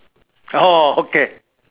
orh okay